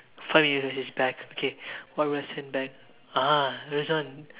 five years of his back okay what would I send back ah Rizwan